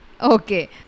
Okay